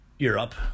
Europe